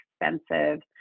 expensive